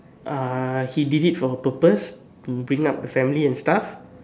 ah he did it for a purpose bringing up the family and stuff